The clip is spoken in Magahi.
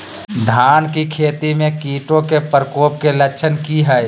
धान की खेती में कीटों के प्रकोप के लक्षण कि हैय?